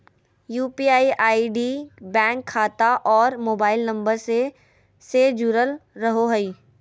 UPI ID bank खाता और mobile नम्बर से से जुरल रहो हइ